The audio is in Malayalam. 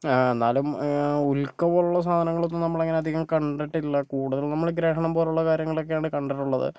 എന്നാലും ഉൽക്ക പോലുള്ള സാധനങ്ങളൊന്നും നമ്മൾ അങ്ങനെ അധികം കണ്ടട്ടില്ല കൂടുതലും നമ്മള് ഗ്രഹണം പോലുള്ള കാര്യങ്ങളൊക്കെയാണ് കണ്ടിട്ടുള്ളത്